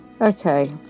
Okay